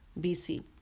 BC